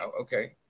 okay